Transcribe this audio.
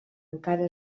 encara